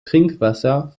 trinkwasser